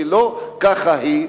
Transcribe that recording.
שלא ככה היא,